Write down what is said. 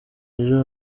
ejo